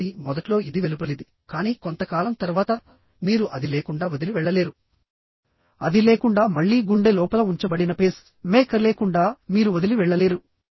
కాబట్టి మొదట్లో ఇది వెలుపలిది కానీ కొంతకాలం తర్వాత మీరు అది లేకుండా వదిలి వెళ్ళలేరుఅది లేకుండా మళ్ళీ గుండె లోపల ఉంచబడిన పేస్ మేకర్ లేకుండా మీరు వదిలి వెళ్ళలేరు